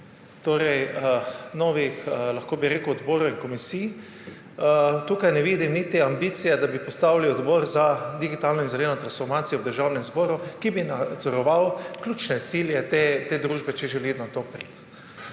novih odborov in komisij. Tukaj ne vidim niti ambicije, da bi postavili odbor za digitalno in zeleno transformacijo v Državnem zboru, ki bi nadzoroval ključne cilje te družbe, če želi preiti